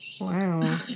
Wow